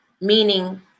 meaning